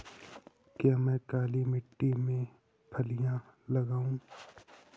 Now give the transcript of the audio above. क्या मैं काली मिट्टी में फलियां लगाऊँ?